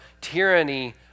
tyranny